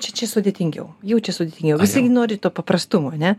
čia čia sudėtingiau jau čia sudėtingiau visi gi nori to paprastumo a ne